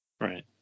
Right